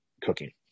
cooking